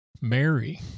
Mary